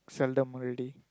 seldom already